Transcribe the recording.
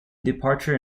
departure